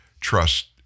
trust